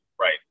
Right